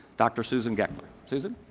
dr. susan geckle r. susan?